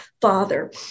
father